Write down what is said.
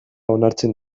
onartzen